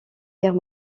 guerre